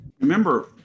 remember